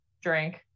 drink